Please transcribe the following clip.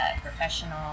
professional